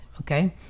Okay